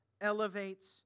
elevates